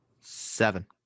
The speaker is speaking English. Seven